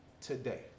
today